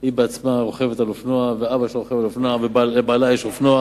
היא בעצמה רוכבת על אופנוע ואבא שלה רוכב על אופנוע ולבעלה יש אופנוע.